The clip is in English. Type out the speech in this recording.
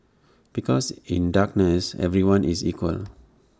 because in darkness everyone is equal